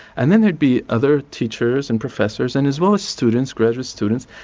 and then there'd be other teachers and professors and as well as students, graduate students.